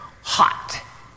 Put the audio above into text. hot